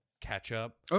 catch-up